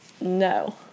No